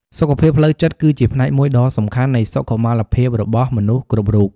សុខភាពផ្លូវចិត្តគឺជាផ្នែកមួយដ៏សំខាន់នៃសុខុមាលភាពរបស់មនុស្សគ្រប់រូប។